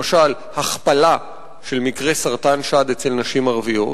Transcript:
למשל הכפלה של מקרי סרטן השד אצל נשים ערביות,